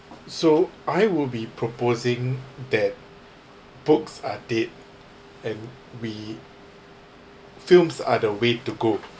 so I will be proposing that books are dead and we films are the way to go